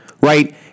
right